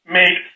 make